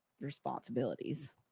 responsibilities